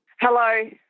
Hello